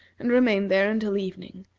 and remained there until evening,